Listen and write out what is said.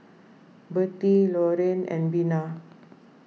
Birtie Lorene and Bina